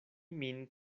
min